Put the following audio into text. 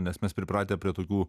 nes mes pripratę prie tokių